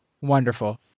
Wonderful